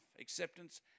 acceptance